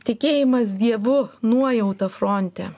tikėjimas dievu nuojauta fronte